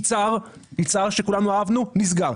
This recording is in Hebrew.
יצהר שכולנו אהבנו נסגר.